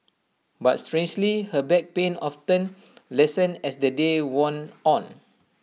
but strangely her back pain often lessened as the day wore on